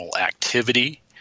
activity